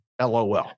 LOL